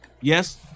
Yes